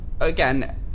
again